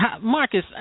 Marcus